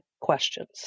questions